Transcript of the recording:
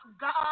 God